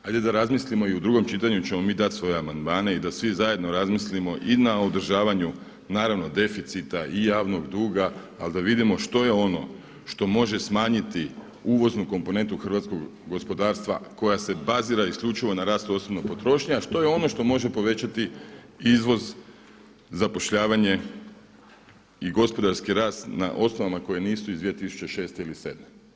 Hajde da razmislimo i u drugom čitanju ćemo mi dati svoje amandmane i da svi zajedno razmislimo i na održavanju naravno deficita i javnog duga, ali da vidimo što je ono što može smanjiti uvoznu komponentu hrvatskog gospodarstva koja se bazira isključivo na rast osobne potrošnje, a što je ono što može povećati izvoz, zapošljavanje i gospodarski rast na osnovama koje nisu iz 2006. ili 2007.